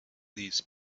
these